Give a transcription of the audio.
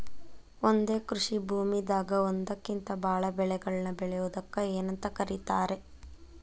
ಒಂದೇ ಕೃಷಿ ಭೂಮಿದಾಗ ಒಂದಕ್ಕಿಂತ ಭಾಳ ಬೆಳೆಗಳನ್ನ ಬೆಳೆಯುವುದಕ್ಕ ಏನಂತ ಕರಿತಾರೇ?